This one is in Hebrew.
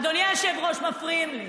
אדוני היושב-ראש, מפריעים לי.